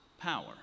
power